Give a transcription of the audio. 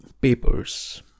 papers